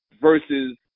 versus